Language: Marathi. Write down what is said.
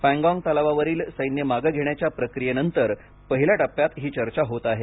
पॅनगॉग तलावावरील सैन्य मागे घेण्याच्या प्रक्रीयेनंतर पहिल्या टप्प्यात ही चर्चा होत आहे